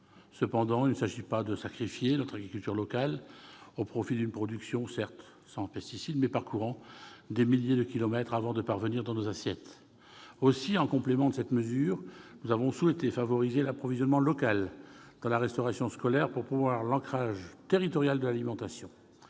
Toutefois, il ne s'agit pas de sacrifier notre agriculture locale au profit d'une production certes sans pesticides, mais parcourant des milliers de kilomètres avant de parvenir dans nos assiettes. Aussi, en complément de cette mesure, avions-nous souhaité favoriser l'approvisionnement local dans la restauration scolaire, pour promouvoir l'ancrage territorial de l'alimentation.